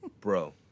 bro